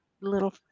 little